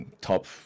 top